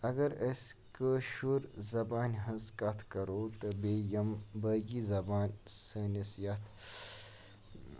اَگر أسۍ کٲشُر زَبانہِ ہٕنٛز کَتھ کرو تہٕ بیٚیہِ یِم باقٕے زَبانہٕ سٲنِس یَتھ